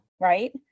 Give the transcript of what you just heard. right